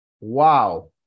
Wow